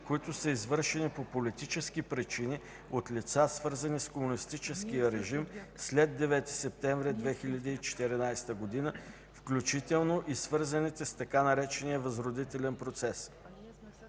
които са извършени по политически причини от лица, свързани с комунистическия режим, след 9 септември 1944 г., включително и свързаните с така наречения „възродителен процес”.